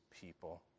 people